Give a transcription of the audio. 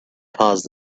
caused